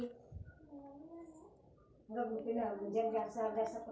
ಗಂಗಾ ಕಲ್ಯಾಣ ದಲ್ಲಿ ನಮಗೆ ಸರಕಾರ ಹೆಂಗ್ ಸಹಾಯ ಕೊಡುತೈತ್ರಿ?